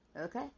okay